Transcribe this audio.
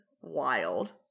wild